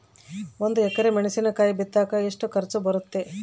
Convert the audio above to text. ಒಂದು ಎಕರೆ ಮೆಣಸಿನಕಾಯಿ ಬಿತ್ತಾಕ ಎಷ್ಟು ಖರ್ಚು ಬರುತ್ತೆ?